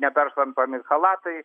neperšlampami chalatai